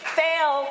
fail